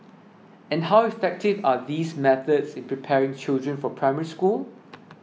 and how effective are these methods in preparing children for Primary School